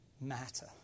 matter